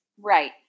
Right